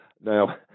Now